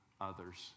others